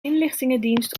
inlichtingendienst